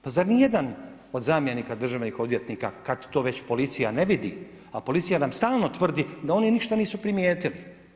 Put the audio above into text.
Pa zar ni jedan od zamjenika državnih odvjetnika kada to već policija ne vidi, a policija nam stalno tvrdi da oni ništa nisu primijetili.